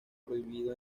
prohibido